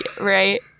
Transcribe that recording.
Right